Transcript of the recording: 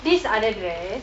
this otheer dress